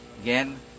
Again